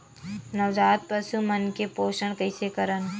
नवजात पशु मन के पोषण कइसे करन?